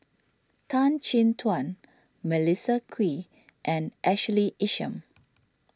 Tan Chin Tuan Melissa Kwee and Ashley Isham